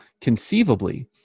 conceivably